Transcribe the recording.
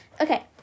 okay